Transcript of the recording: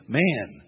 man